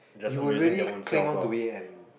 you will really cling on to it and